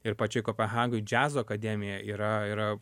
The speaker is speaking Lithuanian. ir pačioj kopehagoj džiazo akademija yra yra